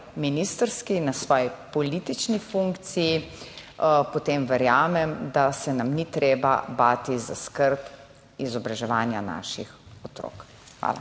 ministrski, na svoji politični funkciji, potem verjamem, da se nam ni treba bati za skrb izobraževanja naših otrok. Hvala.